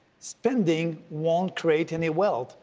spending won't create any wealth.